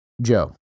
Joe